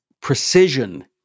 precision